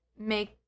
make